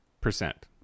percent